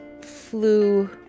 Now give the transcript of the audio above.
flew